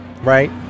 right